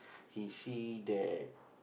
he see that